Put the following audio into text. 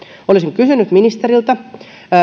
olisin kysynyt ministeriltä